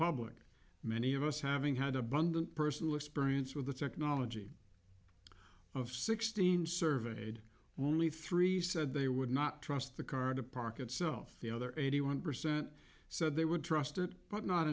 public many of us having had abundant personal experience with the technology of sixteen surveyed were only three said they would not trust the car to park itself the other eighty one percent said they would trust it but not